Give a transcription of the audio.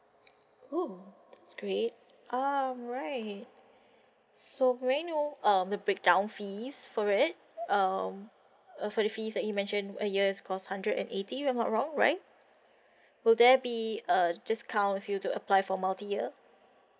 !woo! that's great alright so may I know um the breakdown fees for it um uh for the fees that you mention a year cost hundred and eighty if not wrong right will there be a discount if I do apply for multi-year